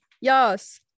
yes